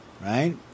right